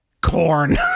Corn